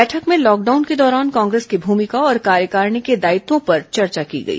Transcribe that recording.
बैठक में लॉकडाउन के दौरान कांग्रेस की भूमिका और कार्यकारिणी के दायित्वों पर चर्चा की गई